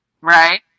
Right